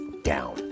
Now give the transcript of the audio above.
down